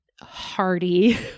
hearty